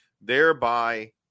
thereby